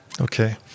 Okay